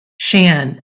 Shan